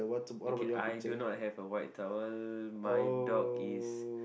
okay I do not have a white towel my dog is